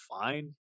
fine